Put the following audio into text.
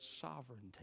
sovereignty